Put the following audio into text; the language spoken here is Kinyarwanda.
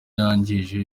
yangije